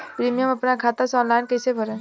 Premium अपना खाता से ऑनलाइन कईसे भरेम?